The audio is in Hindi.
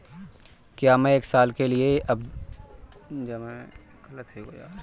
क्या मैं एक साल के लिए सावधि जमा में एक लाख रुपये निवेश कर सकता हूँ?